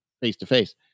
face-to-face